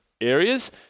areas